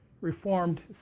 Reformed